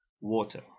water